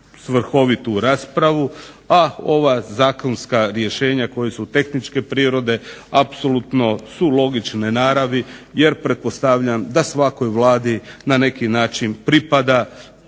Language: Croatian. svrhovitu raspravu, a ova zakonska rješenja koja su tehničke prirode apsolutno su logične naravi jer pretpostavljam da svakoj Vladi na neki način pripada,